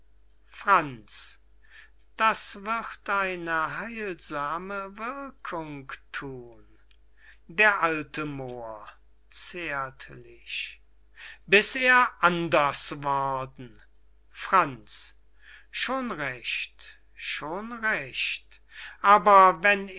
franz das wird eine heilsame wirkung thun d a moor zärtlich bis er anders worden franz schon recht schon recht aber wenn er